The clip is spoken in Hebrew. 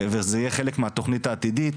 וזה יהיה חלק מהתכנית העתידית.